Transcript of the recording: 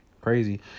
Crazy